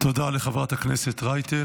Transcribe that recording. תודה לחברת הכנסת רייטן.